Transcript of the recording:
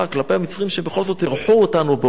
זאת הם אירחו אותנו באותם ימים על אף כל הקשיים.